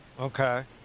Okay